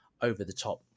over-the-top